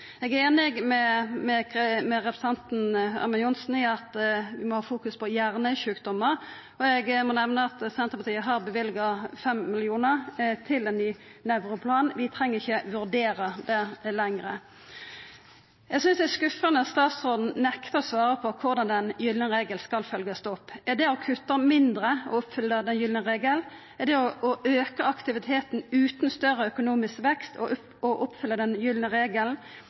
Eg er einig med representanten Ørmen Johnsen i at vi må ha fokus på hjernesjukdomar. Eg må nemna at Senterpartiet har løyvd 5 mill. kr til ein ny nevroplan. Vi treng ikkje vurdera det lenger. Eg synest det er skuffande at statsråden nektar å svara på korleis den gylne regelen skal følgjast opp. Er det å kutta mindre å oppfylla den gylne regelen? Er det å auka aktiviteten utan større økonomisk vekst å oppfylla den gylne regelen?